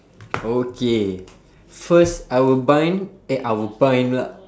okay first I will bind eh I will bind lah